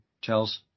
Charles